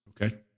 Okay